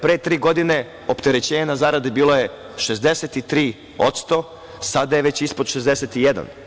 Pre tri godine opterećenje na zarade bilo je 63%, sada je već ispod 61%